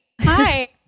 Hi